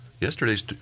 Yesterday's